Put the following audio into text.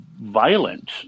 violent